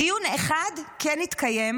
דיון אחד כן התקיים,